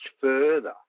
further